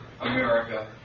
America